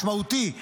משמעותי,